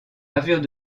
gravures